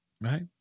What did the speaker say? right